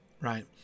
right